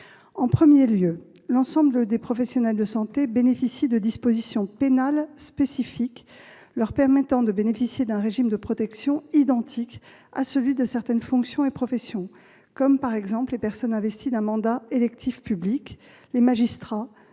d'abord, l'ensemble des professionnels de santé bénéficient de dispositions pénales spécifiques leur offrant un régime de protection identique à celui de certaines fonctions et professions, comme les personnes investies d'un mandat électif public, les magistrats